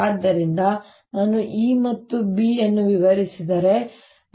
ಆದ್ದರಿಂದ ನಾನು E ಮತ್ತು B ಅನ್ನು ವಿವರಿಸಿದರೆ ▽